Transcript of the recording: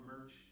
merch